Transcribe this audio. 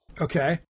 Okay